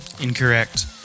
Incorrect